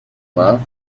cloth